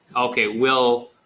okay, will.